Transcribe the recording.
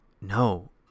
no